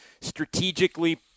strategically